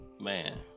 Man